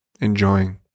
enjoying